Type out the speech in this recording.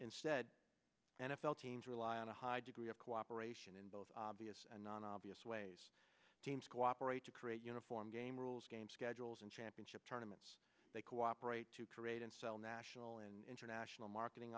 instead and f l teams rely on a high degree of cooperation in both obvious and non obvious ways teams cooperate to create uniform game rules game schedules and championship tournaments they cooperate to create and sell national and international marketing